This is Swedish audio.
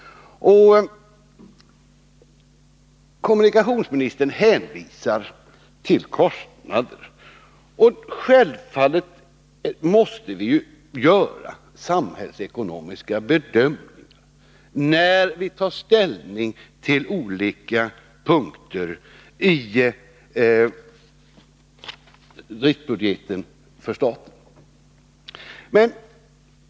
Kommunikationsministern hänvisar till kostnaderna. Självfallet måste vi göra samhällsekonomiska bedömningar när vi tar ställning till olika punkter i driftbudgeten för staten.